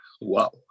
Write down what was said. wow